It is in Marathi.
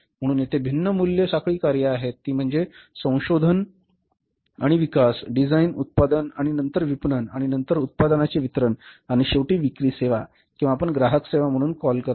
म्हणून येथे भिन्न मूल्य साखळी कार्ये आहेत ती म्हणजे संशोधन आणि विकास डिझाइन उत्पादन आणि नंतर विपणन आणि नंतर उत्पादनाचे वितरण आणि शेवटी विक्री सेवा किंवा आपण ग्राहक सेवा म्हणून कॉल करता